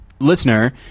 listener